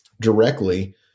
directly